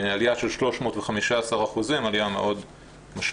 עליה של 315%, עליה מאוד משמעותית.